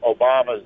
Obama's